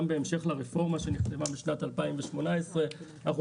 גם בהמשך לרפורמה שנכתבה בשנת 2018. אנחנו